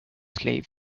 sleep